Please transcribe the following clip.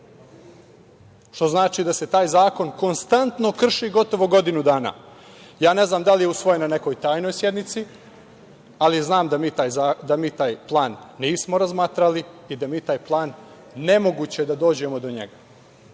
što znači da se taj zakon konstantno krši gotovo godinu dana. Ja ne znam da li je usvojen na nekoj tajnoj sednici, ali znam da mi taj plan nismo razmatrali i da mi taj plan nemoguće je da dođemo do njega.